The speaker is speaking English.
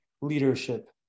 leadership